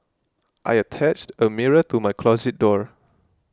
I attached a mirror to my closet door